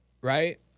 right